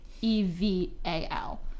E-V-A-L